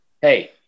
Hey